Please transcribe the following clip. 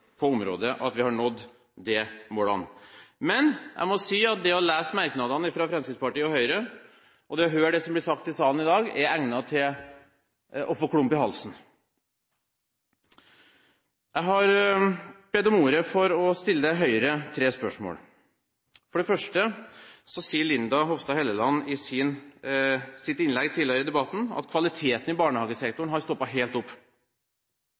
på området at vi har nådd de målene. Men jeg må si at det å lese merknadene fra Fremskrittspartiet og Høyre, og det å høre det som blir sagt i salen i dag, er til å få klump i halsen av. Jeg har bedt om ordet for å stille Høyre tre spørsmål. For det første sier Linda C. Hofstad Helleland i sitt innlegg tidligere i debatten at kvaliteten i barnehagesektoren har stoppet helt opp.